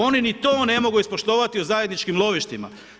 Oni ni to ne mogu ispoštovati u zajedničkim lovištima.